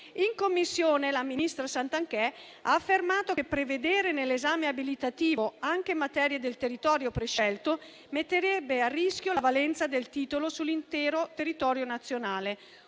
In Commissione, la ministra Santanchè ha affermato che prevedere nell'esame abilitativo anche materie del territorio prescelto metterebbe a rischio la valenza del titolo sull'intero territorio nazionale,